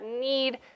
need